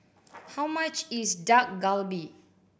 how much is Dak Galbi